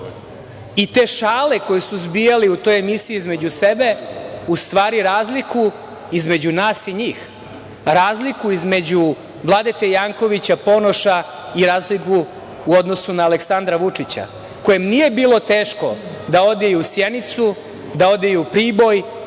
i te šale koje su zbijali u toj emisiji između sebe, u stvari razliku između nas i njih. Razliku između Vladete Jankovića, Ponoša i razliku u odnosu na Aleksandra Vučića kojem nije bilo teško da ode i u Sjenicu, da ode i u Priboj,